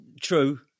True